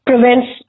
Prevents